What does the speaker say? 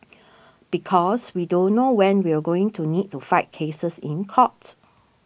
because we don't know when we're going to need to fight cases in court